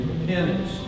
Repentance